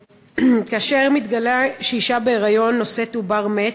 כאשר מתגלה שאישה בהיריון נושאת עובר מת,